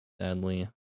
Sadly